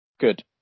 Good